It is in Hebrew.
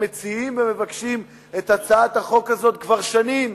הם מציעים ומבקשים את הצעת החוק הזאת כבר שנים,